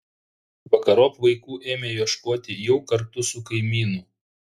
vakarop vaikų ėmė ieškoti jau kartu su kaimynu